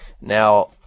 Now